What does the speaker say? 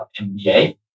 MBA